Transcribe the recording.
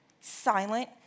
silent